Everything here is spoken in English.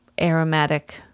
aromatic